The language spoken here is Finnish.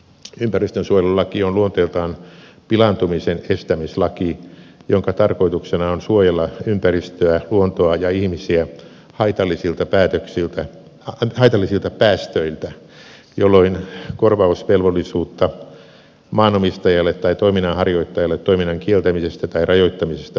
ympäristönsuojelulaki on luonteeltaan pilaantumisen estämislaki jonka tarkoituksena on suojella ympäristöä luontoa ja ihmisiä haitallisilta päästöiltä jolloin korvausvelvollisuutta maanomistajalle tai toiminnanharjoittajalle toiminnan kieltämisestä tai rajoittamisesta ei synny